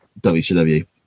wcw